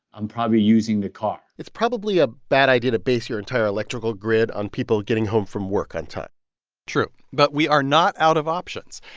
i'm probably using the car it's probably a bad idea to base your entire electrical grid on people getting home from work on time true, but we are not out of options.